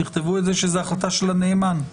תכתבו שזה החלטה של הנאמן.